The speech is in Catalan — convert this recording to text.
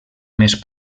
més